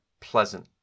pleasant